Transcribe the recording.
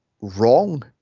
wrong